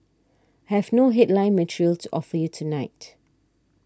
have no headline material to offer you tonight